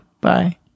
bye